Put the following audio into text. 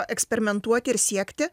eksperimentuoti ir siekti